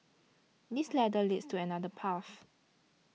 this ladder leads to another path